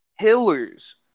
killers